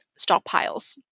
stockpiles